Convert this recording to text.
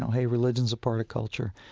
hey, religion's a part of culture.